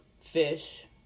fish